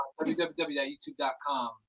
www.youtube.com